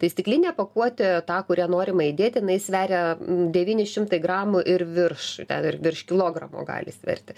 tai stiklinė pakuotė tą kurią norima įdėti jinai sveria devyni šimtai gramų ir virš ten ir virš kilogramo gali sverti